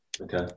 Okay